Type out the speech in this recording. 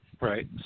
Right